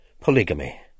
Polygamy